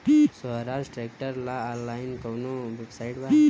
सोहराज tractor ला online कोउन website बा?